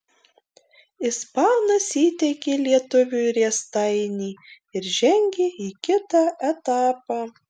ispanas įteikė lietuviui riestainį ir žengė į kitą etapą